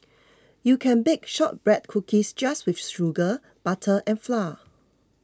you can bake Shortbread Cookies just with sugar butter and flour